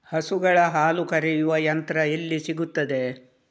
ಹಸುಗಳ ಹಾಲು ಕರೆಯುವ ಯಂತ್ರ ಎಲ್ಲಿ ಸಿಗುತ್ತದೆ?